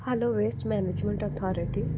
hello waste management authority